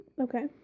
Okay